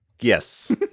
yes